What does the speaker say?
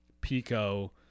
Pico